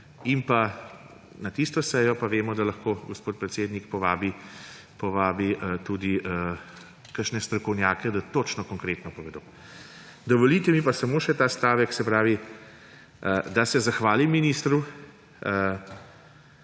Na tisto sejo pa vemo, da lahko gospod predsednik povabi tudi kakšne strokovnjake, da točno, konkretno povedo. Dovolite mi pa samo še ta stavek, da se zahvalim ministru